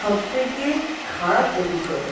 সবথেকে খারাপ অভিজ্ঞতা